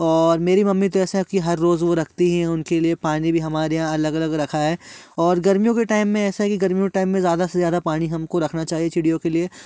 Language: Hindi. और मेरी मम्मी तो ऐसा की हर रोज वो रखती है उनके लिए पानी भी हमारे यहाँ अलग अलग रखा है और गर्मियों के टाइम में ऐसा की गर्मियों के टाइम में ज़्यादा से ज़्यादा पानी हमको रखना चाहिए चिड़ियों के लिए